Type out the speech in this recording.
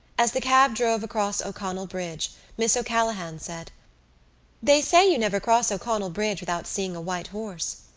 as the cab drove across o'connell bridge miss o'callaghan said they say you never cross o'connell bridge without seeing a white horse.